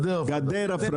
גדר הפרדה.